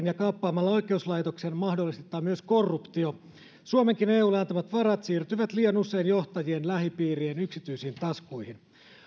ja kaappaamalla oikeuslaitos mahdollistetaan myös korruptio suomenkin eulle antamat varat siirtyvät liian usein johtajien lähipiirien yksityisiin taskuihin